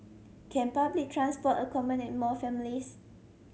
can public transport accommodate more families